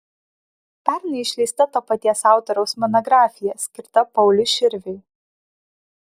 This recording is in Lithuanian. pernai išleista to paties autoriaus monografija skirta pauliui širviui